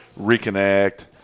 reconnect